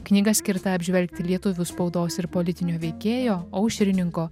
knyga skirta apžvelgti lietuvių spaudos ir politinio veikėjo aušrininko